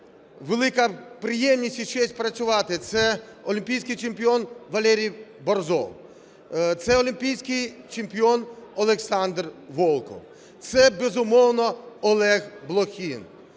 велика приємність і честь працювати. Це олімпійський чемпіон Валерій Борзов, це олімпійський чемпіон Олександр Волков, це, безумовно, Олег Блохін.